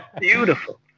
Beautiful